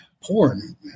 porn